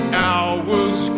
hour's